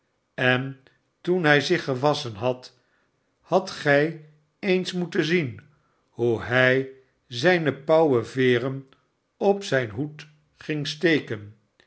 en toen hij zich gewasschen had hadt gij eens moetenzien hoe hij zijne pauwenveren op zijn hoed ging steken